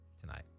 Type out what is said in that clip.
tonight